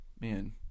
Man